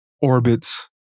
orbits